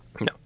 No